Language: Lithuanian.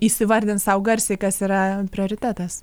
įsivardint sau garsiai kas yra prioritetas